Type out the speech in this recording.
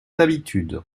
d’habitude